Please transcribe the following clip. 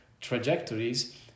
trajectories